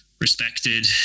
respected